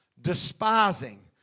despising